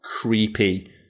creepy